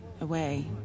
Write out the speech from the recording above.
away